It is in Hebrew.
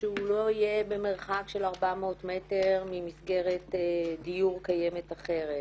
שהוא לא יהיה במרחק של 400 מטר ממסגרות דיור קיימת אחרת,